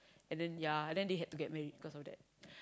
and then ya and then they had to get married because of that